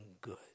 good